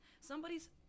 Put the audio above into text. somebody's